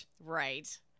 Right